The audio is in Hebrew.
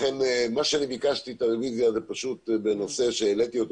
ביקשתי את הרביזיה בנושא שהעליתי אותו